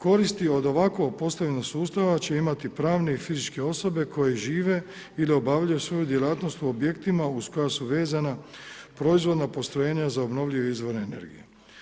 Koristi od ovako postavljenog sustava će imati pravne i fizičke osobe koje žive ili obavljaju svoju djelatnost u objektima uz koja su vezana proizvodna postrojenja za obnovljivi izvor energije.